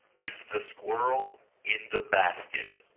is the squirrel in the basket?